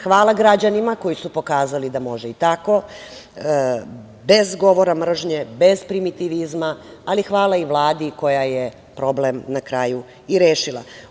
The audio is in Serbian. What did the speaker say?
Hvala građanima koji su pokazali da može i tako, bez govora mržnje, bez primitivizma, ali hvala i Vladi koja je problem na kraju i rešila.